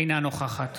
אינה נוכחת